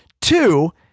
two